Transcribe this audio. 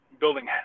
building